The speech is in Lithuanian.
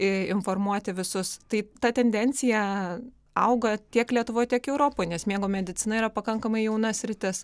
informuoti visus tai ta tendencija auga tiek lietuvoj tiek europoj nes miego medicina yra pakankamai jauna sritis